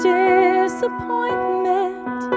disappointment